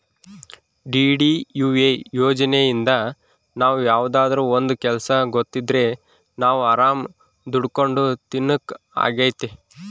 DDUA ಯೋಜನೆಇಂದ ನಾವ್ ಯಾವ್ದಾದ್ರೂ ಒಂದ್ ಕೆಲ್ಸ ಗೊತ್ತಿದ್ರೆ ನಾವ್ ಆರಾಮ್ ದುಡ್ಕೊಂಡು ತಿನಕ್ ಅಗ್ತೈತಿ